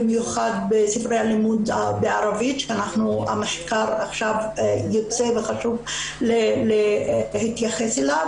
במיוחד בספרי הלימוד בערבית שהמחקר עכשיו יוצא וחשוב להתייחס אליו.